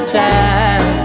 time